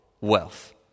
wealth